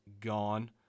gone